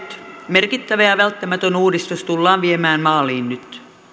merkittävä ja välttämätön uudistus tullaan viemään maaliin nyt